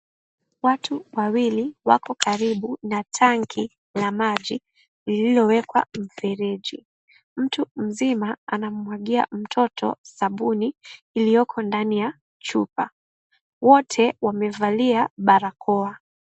Watu wawili wako karibu na tanki ya maji iliyowekwa mifereji. mtu mzima anamumwagia mtoto sabuni iliyoko ndani ya chupa. wote wamevalia barakoa.